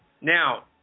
Now